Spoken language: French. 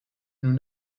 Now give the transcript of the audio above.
nous